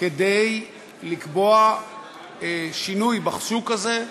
כדי לקבוע שינוי בשוק הזה,